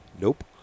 Nope